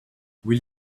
will